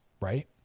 right